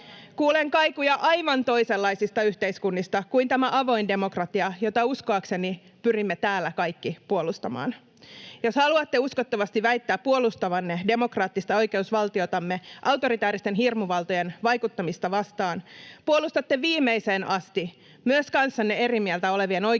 Kuulen kaikuja aivan toisenlaisista yhteiskunnista kuin tämä avoin demokratia, jota uskoakseni pyrimme täällä kaikki puolustamaan. Jos haluatte uskottavasti väittää puolustavanne demokraattista oikeusvaltiotamme autoritääristen hirmuvaltojen vaikuttamista vastaan, puolustatte viimeiseen asti myös kanssanne eri mieltä olevien oikeutta olla